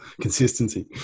consistency